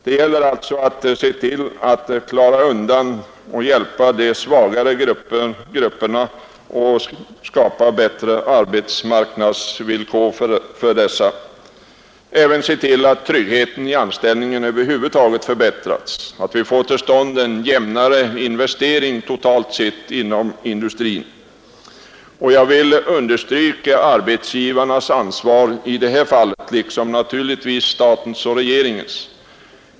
Det gäller alltså att hjälpa de svaga grupperna och skapa bättre arbetsmarknadsvillkor för dem samt att se till att tryggheten i anställningen över huvud taget förbättras, att vi får till stånd en jämnare investering totalt sett inom industrin. Jag vill understryka arbetsgivarnas liksom naturligtvis statens och regeringens ansvar i detta fall.